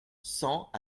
cent